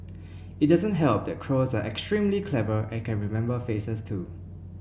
it doesn't help that crows are extremely clever and can remember faces too